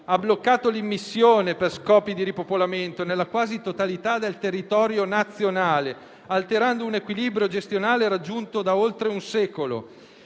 ha bloccato l'immissione per scopi di ripopolamento nella quasi totalità del territorio nazionale, alterando un equilibrio gestionale raggiunto da oltre un secolo.